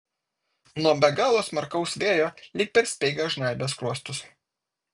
nuo be galo smarkaus vėjo lyg per speigą žnaibė skruostus